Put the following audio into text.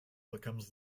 becomes